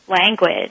language